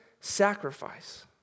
sacrifice